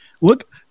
Look